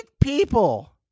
people